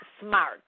smart